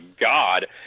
God